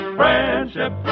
friendship